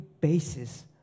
basis